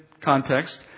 context